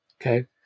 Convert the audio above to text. okay